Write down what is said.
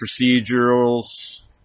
procedurals